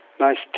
nice